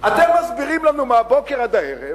אתם מסבירים לנו מהבוקר עד הערב